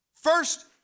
first